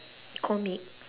comic